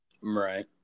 Right